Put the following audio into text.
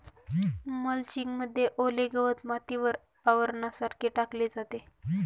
mulching मध्ये ओले गवत मातीवर आवरणासारखे टाकले जाते